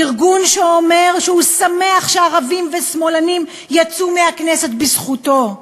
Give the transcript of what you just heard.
ארגון שאומר שהוא שמח שערבים ושמאלנים יצאו מהכנסת בזכותו,